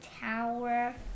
tower